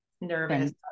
nervous